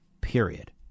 period